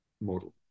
model